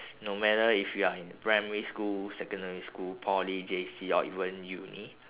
no matter if you are in primary school secondary school poly J_C or even uni